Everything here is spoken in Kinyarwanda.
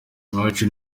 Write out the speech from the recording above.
iwacu